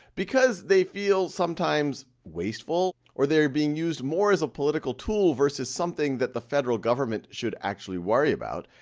because they feel sometimes wasteful or they're being used more as a political tool versus something that the federal government should actually worry about,